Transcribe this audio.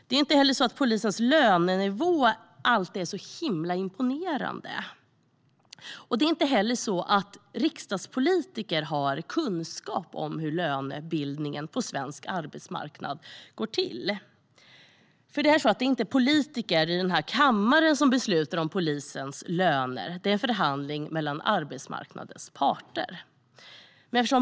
Det är inte heller så att polisens lönenivå alltid är så imponerande. Det är inte heller så att riksdagspolitiker har kunskap om hur lönebildningen på svensk arbetsmarknad går till. Det är inte politiker i den här kammaren som beslutar om polisens löner. Det är en förhandling mellan arbetsmarknadens parter.